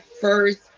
first